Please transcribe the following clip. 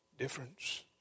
difference